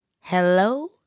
hello